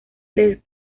les